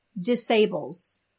disables